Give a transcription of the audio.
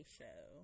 Show